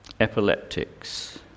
Epileptics